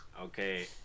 Okay